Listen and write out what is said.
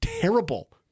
terrible